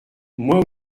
moi